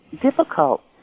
difficult